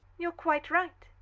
you're quite right.